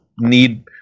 need